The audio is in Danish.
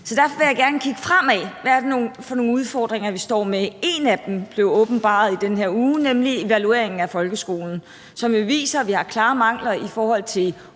Så derfor vil jeg gerne kigge fremad og se på, hvad det er for nogle udfordringer, vi står med. En af dem blev åbenbaret i den her uge, nemlig evalueringen af folkeskolen, som jo viser, at vi har klare mangler i forhold til